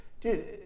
dude